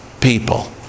people